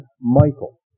Michael